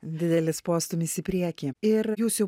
didelis postūmis į priekį ir jūs jau